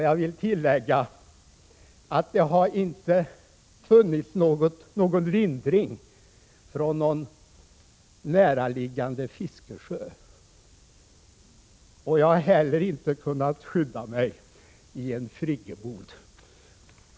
Jag vill tillägga att det inte har funnits någon lindring vid någon näraliggande fiskesjö, och jag har inte heller kunnat skydda mig i en friggebod.